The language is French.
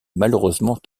malheureusement